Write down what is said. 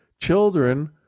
Children